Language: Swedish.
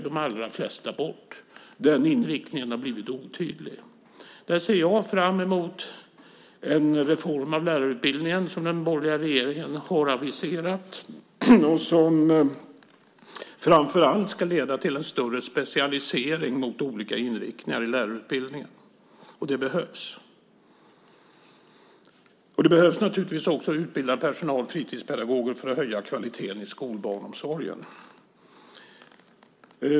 Den inriktningen har blivit otydlig. Jag ser fram emot den reform av lärarutbildningen som den borgerliga regeringen har aviserat. Den ska framför allt leda till en större specialisering mot olika inriktningar i lärarutbildningen, och det behövs. Det behövs naturligtvis också utbildad personal, fritidspedagoger, för att höja kvaliteten i skolbarnsomsorgen.